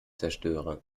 zerstöre